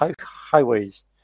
highways